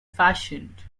fashioned